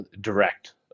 Direct